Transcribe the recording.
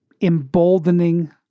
emboldening